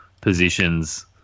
positions